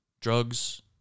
Drugs